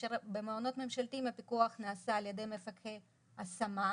כאשר במעונות ממשלתיים הפיקוח נעשה על ידי מפקחי השמה,